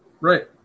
right